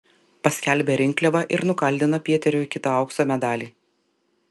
paskelbė rinkliavą ir nukaldino pietriui kitą aukso medalį